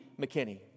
McKinney